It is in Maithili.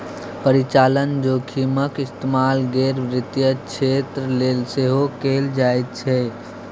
परिचालन जोखिमक इस्तेमाल गैर वित्तीय क्षेत्र लेल सेहो कैल जाइत छै